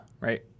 right